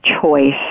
choice